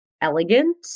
elegant